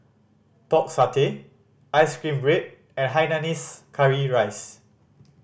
Pork Satay ice cream bread and hainanese curry rice